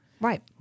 Right